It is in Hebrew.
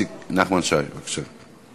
נחמן שי, בבקשה.